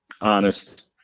honest